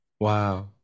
Wow